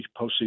postseason